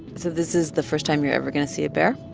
so this is the first time you're ever going to see a bear?